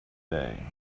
day